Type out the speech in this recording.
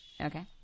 Okay